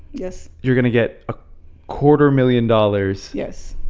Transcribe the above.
yes. you're going to get a quarter-million dollars. yes.